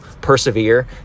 persevere